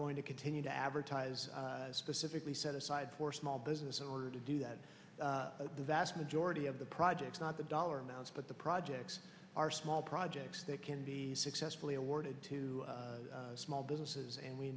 going to continue to advertise we set aside for small business in order to do that the vast majority of the projects not the dollar amounts but the projects are small projects that can be successfully awarded to small businesses and we